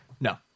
No